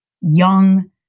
young